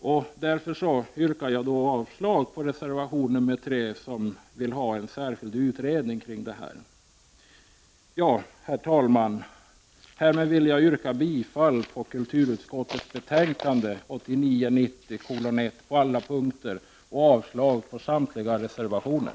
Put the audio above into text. Jag yrkar därför avslag på reservation nr 3, i vilken man vill att en särskild utredning tillsätts. Herr talman! Härmed vill jag yrka bifall till kulturutskottets hemställan i betänkande 1989/90:1 på alla punkter och avslag på samtliga reservationer.